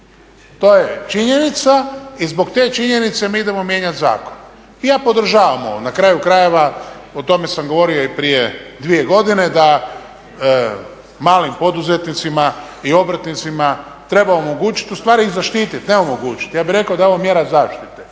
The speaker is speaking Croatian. To je činjenica i zbog te činjenice mi idemo mijenjati zakon. Ja podržavam ovo, na kraju krajeva o tome sam govorio i prije 2 godine da malim poduzetnicima i obrtnicima treba omogućiti, ustvari ih zaštiti, ne omogućiti, ja bih rekao da je ovo mjera zaštite.